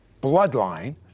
Bloodline